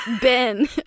Ben